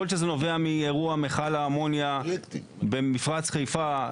יכול להיות שזה נובע מאירוע מיכל האמוניה במפרץ חיפה,